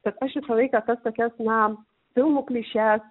bet aš visą laiką tas tokias na filmų klišes